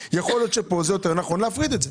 יכול להיות שכאן זה יותר נכון להפריד את זה.